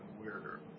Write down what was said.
weirder